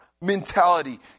mentality